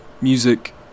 music